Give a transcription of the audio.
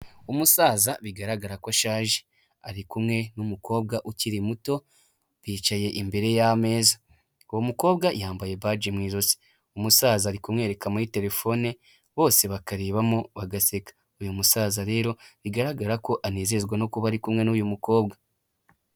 Umusaza bigaragara ko shaje ari kumwe n'umukobwa ukiri muto bicaye imbere y'ameza. Uwo mukobwa yambaye baji mu ijosi. Umusaza ari kumwereka muri telefone bose bakarebamo bagaseka. Uyu musaza rero bigaragara ko anezezwa no kuba ari ari kumwe n'uyu mukobwa.